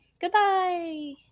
Goodbye